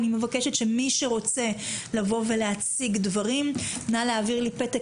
אני מבקשת שמי שרוצה להציג דברים נא להעביר לי פתק